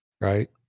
right